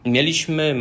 Mieliśmy